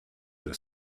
der